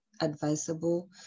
advisable